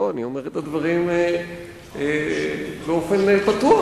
אני אומר את הדברים באופן פתוח,